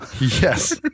Yes